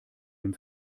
dem